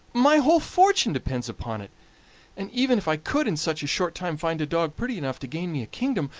my whole fortune depends upon it and even if i could in such a short time find a dog pretty enough to gain me a kingdom,